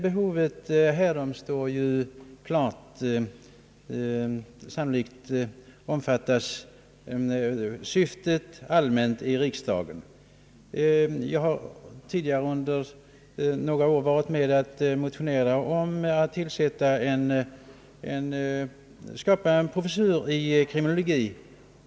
Behovet i dessa avseenden står klart — sannolikt omfattas syftet allmänt i riksdagen. Jag har tidigare under några år varit med och motionerat om en professur i kriminologi.